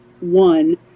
one